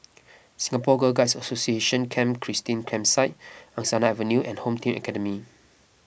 Singapore Girl Guides Association Camp Christine Campsite Angsana Avenue and Home Team Academy